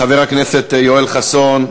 חבר הכנסת יואל חסון.